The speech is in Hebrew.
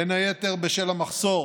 בין היתר בשל המחסור